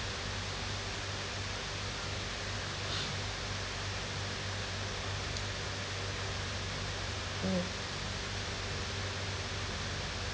mm